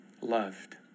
loved